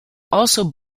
also